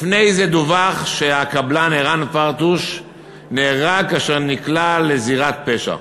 לפני זה דווח שהקבלן ערן פרטוש נהרג כאשר נקלע לזירת פשע.